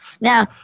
Now